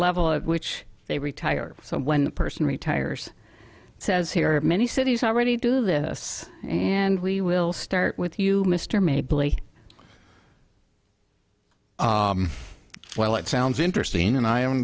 level at which they retire so when the person retires says he or many cities already do this and we will start with you mr made well it sounds interesting and i only